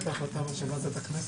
הישיבה ננעלה בשעה